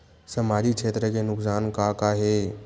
सामाजिक क्षेत्र के नुकसान का का हे?